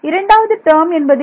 இரண்டாவது டேர்ம் என்பது என்ன